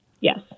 Yes